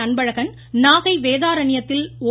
அன்பழகன் நாகை வேதாரண்யத்தில் ஓ